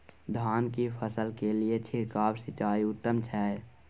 धान की फसल के लिये छिरकाव सिंचाई उत्तम छै?